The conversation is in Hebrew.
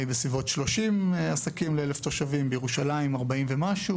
עם סביב 30 עסקים ל-1,000 תושבים; בירושלים יש 40 ומשהו.